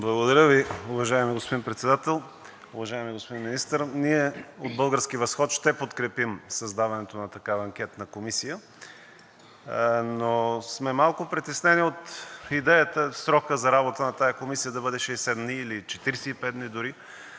Благодаря Ви, уважаеми господин Председател. Уважаеми господин Министър! Ние от „Български възход“ ще подкрепим създаването на такава анкетна комисия, но сме малко притеснени от идеята срокът за работа на тази комисия да бъде 60 дни или 45 дни дори.